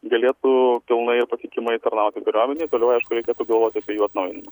galėtų pilnai ir patikimai tarnauti kariuomenei toliau aišku reikėtų galvoti apie jų atnaujinimą